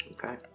Okay